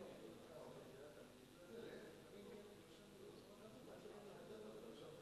תוכן העניינים מסמכים שהונחו על שולחן הכנסת 4